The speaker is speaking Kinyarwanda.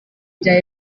bya